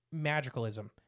magicalism